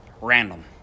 Random